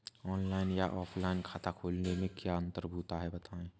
Online या offline खाता खोलने में क्या अंतर है बताएँ?